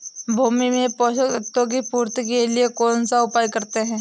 भूमि में पोषक तत्वों की पूर्ति के लिए कौनसा उपाय करते हैं?